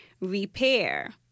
repair